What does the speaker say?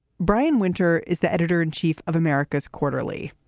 brian winter is the editor in chief of americas quarterly.